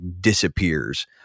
disappears